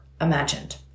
imagined